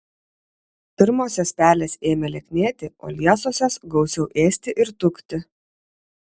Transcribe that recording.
pirmosios pelės ėmė lieknėti o liesosios gausiau ėsti ir tukti